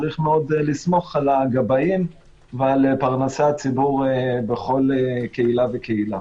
צריך מאוד לסמוך על הגבאים ועל פרנסי הציבור בכל קהילה וקהילה.